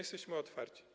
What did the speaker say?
Jesteśmy otwarci.